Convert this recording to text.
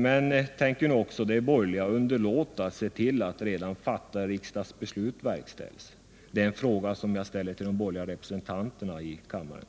Men tänker nu också de borgerliga underlåta att se till att redan fastställda riksdagsbeslut verkställs? Det är en fråga som jag ställer till de borgerliga representanterna i denna kammare.